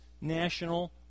national